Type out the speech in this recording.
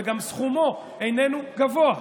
וגם סכומו איננו גבוה.